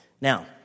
now